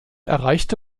erreichte